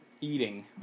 Eating